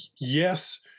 Yes